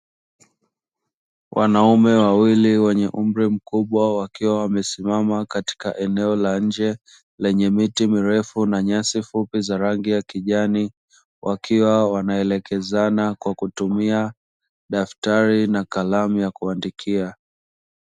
Wanaume wawili wenye umri mkubwa wakiwa wamesimama katika eneo la nje, lenye miti mirefu na rangi nyeusi za rangi ya kijani, wakiwa wanaelekezana kwa kutumia daftari na kalamu ya kuandikia.